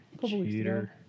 Cheater